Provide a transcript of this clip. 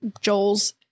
Joel's